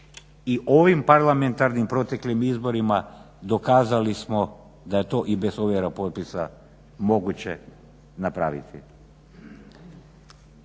i ovim parlamentarnim proteklim izborima dokazali smo da je to i bez ovjera potpisa moguće napraviti.